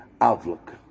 outlook